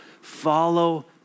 follow